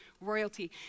royalty